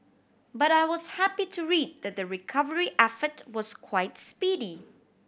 but I was happy to read that the recovery effort was quite speedy